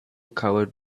covered